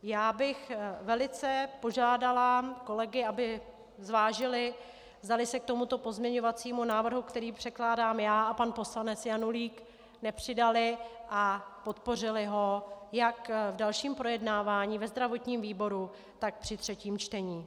Já bych velice požádala kolegy, aby zvážili, zdali by se k tomuto pozměňovacímu návrhu, který předkládám já a pan poslanec Janulík, nepřidali a nepodpořili ho jak v dalším projednávání ve zdravotním výboru, tak při třetím čtení.